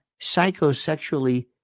psychosexually